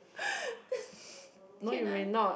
can I